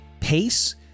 pace